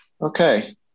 Okay